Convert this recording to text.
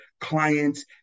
clients